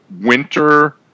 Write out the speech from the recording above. winter